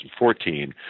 2014